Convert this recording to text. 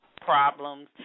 problems